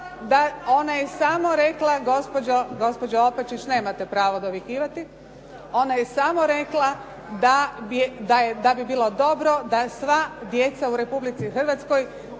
Ona je samo rekla da bi bilo dobro da sva djeca u Republici Hrvatskoj